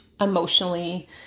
emotionally